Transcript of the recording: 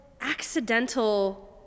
accidental